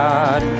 God